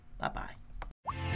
bye-bye